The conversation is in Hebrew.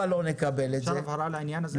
אפשר הערה לעניין הזה?